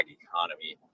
economy